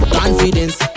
confidence